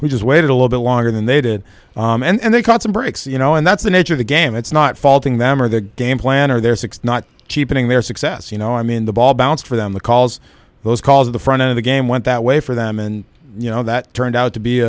we just waited a little bit longer than they did and they got some breaks you know and that's the nature of the game it's not faulting them or their game plan or their six not cheapening their success you know i mean the ball bounced for them the calls those calls of the front of the game went that way for them and you know that turned out to be